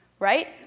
Right